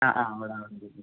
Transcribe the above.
ആ ആ ഒരാൾ ഉണ്ടായിരുന്നു